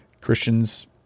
Christians